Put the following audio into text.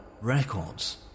records